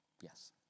Yes